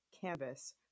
canvas